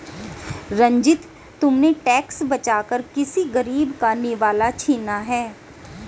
रंजित, तुमने टैक्स बचाकर किसी गरीब का निवाला छीना है